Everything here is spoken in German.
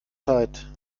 zeit